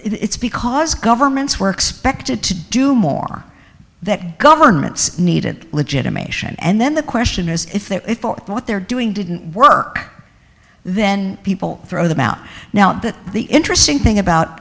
it's because governments were expected to do more that governments needed legitimation and then the question is if they're what they're doing didn't work then people throw them out now the interesting thing about